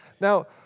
Now